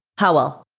how well?